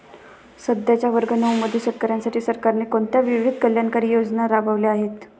सध्याच्या वर्ग नऊ मधील शेतकऱ्यांसाठी सरकारने कोणत्या विविध कल्याणकारी योजना राबवल्या आहेत?